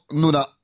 nuna